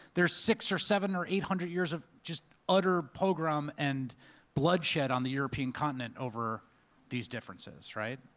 there's six or seven or eight hundred years of just utter pogrom and bloodshed on the european continent over these differences, right?